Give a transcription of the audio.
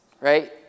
right